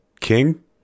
king